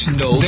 no